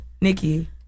Nikki